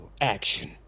action